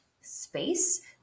space